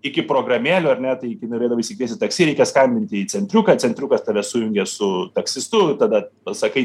iki programėlių ar ne tai kai norėdavai išsikviesti taksi reikia skambinti į centriuką centriukas tave sujungia su taksistu tada pasakai